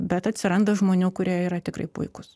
bet atsiranda žmonių kurie yra tikrai puikūs